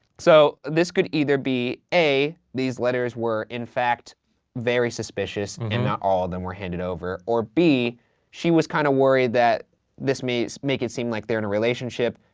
so, this could either be a these letters were in fact very suspicious and not all of them were handed over. or b she was kind of worried that this may make it seem like they're in a relationship,